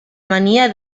mania